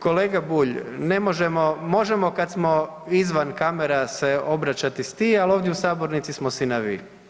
Kolega Bulj ne možemo, možemo kad smo izvan kamera se obraćati s „ti“, ali ovdje u sabornici smo si na „vi“